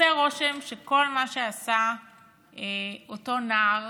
עושה רושם שכל מה שעשה אותו נער